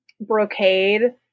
brocade